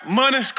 money